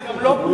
זה גם לא פרוטה,